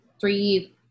three